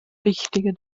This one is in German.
wichtige